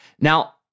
Now